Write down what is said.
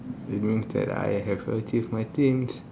it means that I have achieved my dreams